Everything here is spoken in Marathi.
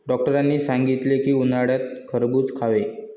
डॉक्टरांनी सांगितले की, उन्हाळ्यात खरबूज खावे